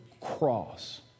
cross